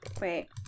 Wait